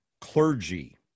Clergy